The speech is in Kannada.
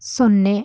ಸೊನ್ನೆ